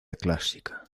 clásica